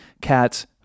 cats